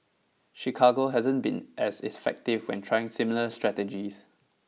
Chicago hasn't been as effective when trying similar strategies